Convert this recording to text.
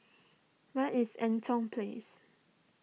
where is Eaton Place